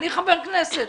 אני חבר כנסת.